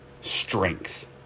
strength